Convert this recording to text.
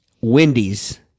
Wendy's